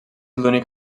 l’únic